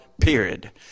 Period